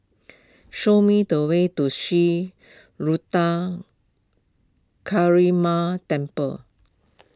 show me the way to Sri Ruthra Temple